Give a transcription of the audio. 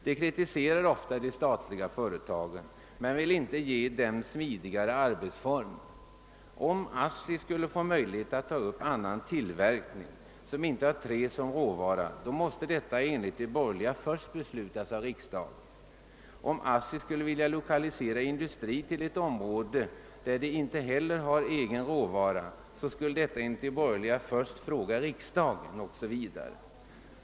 De kritiserar ofta de statliga företagen men vill inte ge dem bättre arbetsformer. Om ASSI skulle ta upp annan tillverkning som inte har trä som råvara måste detta enligt de borgerliga först beslutas av riksdagen. Och om ASSI skulle vilja lokalisera industri till ett område, där företaget inte har egna råvaror, då skall man också enligt de borgerliga först fråga riksdagen o.s.v.